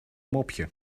mopje